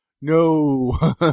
No